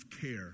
care